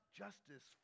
justice